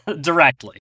Directly